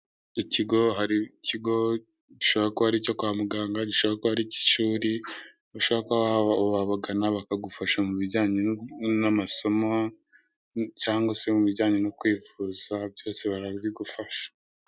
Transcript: Ikigo hari ikigo gishobora kuba ari icyo kwa muganga gishobora kuba ari ik'ishuri, ushobora kuba wabagana bakagufasha mu bijyanye n'amasomo cyangwa se mu bijyanye no kwivuza byose barabigufasha.